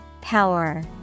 Power